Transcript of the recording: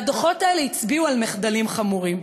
והדוחות האלה הצביעו על מחדלים חמורים.